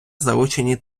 залучені